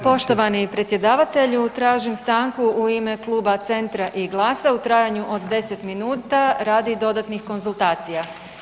Poštovani predsjedavatelju tražim stanku u ime kluba Centra i Glasa u trajanju od 10 minuta radi dodatnih konzultacija.